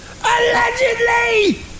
Allegedly